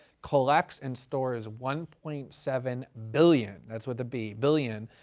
collects and stores one point seven billion, that's with a b, billion,